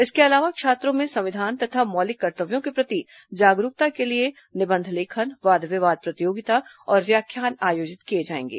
इसके अलावा छात्रों में संविधान तथा मौलिक कर्तव्यों के प्रति जागरूकता के लिए निबंध लेखन वाद विवाद प्रतियोगिता और व्याख्यान आयोजित किए जाएंगे